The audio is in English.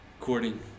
according